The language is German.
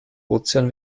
ozean